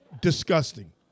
disgusting